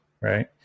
Right